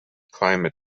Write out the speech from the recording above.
climate